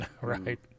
Right